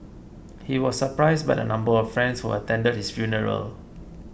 he was surprised by the number of friends who attended his funeral